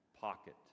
pocket